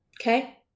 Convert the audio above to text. Okay